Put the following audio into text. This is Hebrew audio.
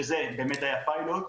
שזה באמת היה פיילוט,